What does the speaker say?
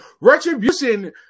Retribution